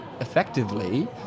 Effectively